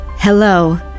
Hello